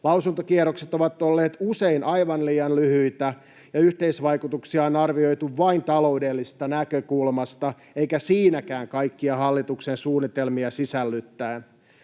Lausuntokierrokset ovat olleet usein aivan liian lyhyitä, ja yhteisvaikutuksia on arvioitu vain taloudellisesta näkökulmasta, eikä siinäkään kaikkia hallituksen suunnitelmia sisällyttäen.